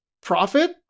profit